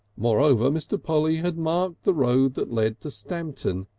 moreover, mr. polly had marked the road that led to stamton,